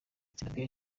zimbabwe